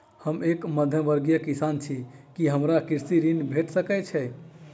हम एक मध्यमवर्गीय किसान छी, की हमरा कृषि ऋण भेट सकय छई?